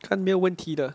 看没有问题的